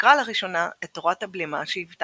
שביקרה לראשונה את תורת הבלימה שהיוותה